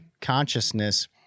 consciousness